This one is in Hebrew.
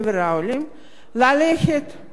ללכת לבג"ץ.